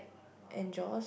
and Josh